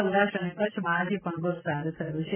સૌરાષ્ટ્ર અને કચ્છમાં આજે પણ વરસાદ થયો છે